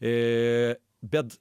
iii bet